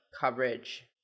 coverage